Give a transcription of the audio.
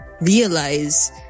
realize